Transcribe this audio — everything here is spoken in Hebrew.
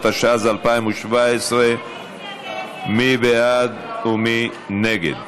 התשע"ז 2017. מי בעד ומי נגד?